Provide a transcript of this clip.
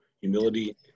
humility